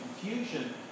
confusion